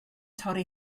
torri